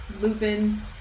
Lupin